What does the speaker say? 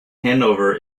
hanover